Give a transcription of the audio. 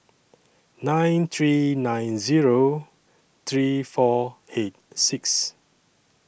nine three nine Zero three four eight six